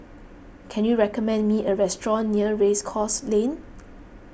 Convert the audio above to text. can you recommend me a restaurant near Race Course Lane